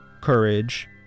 courage